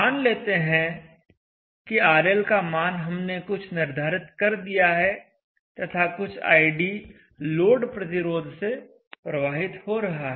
मान लेते हैं कि RL का मान हमने कुछ निर्धारित कर दिया है तथा कुछ id लोड प्रतिरोध से प्रवाहित हो रहा है